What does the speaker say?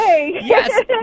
Yes